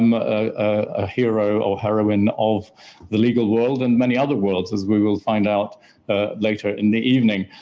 um a hero or heroine of the legal world and many other worlds as we will find out ah later in the evening.